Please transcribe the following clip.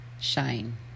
shine